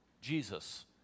Jesus